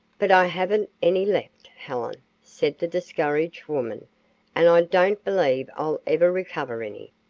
but i haven't any left, helen, said the discouraged woman and i don't believe i'll ever recover any.